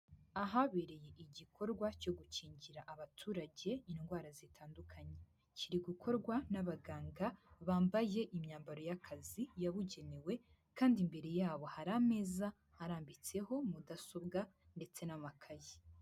Ahabereye igikorwa cyo gukingira abaturage indwara zitandukanye. Kiri gukorwa n'abaganga bambaye imyambaro y'akazi yabugenewe kandi imbere yabo hari ameza arambitseho mudasobwa ndetse n'amakayi.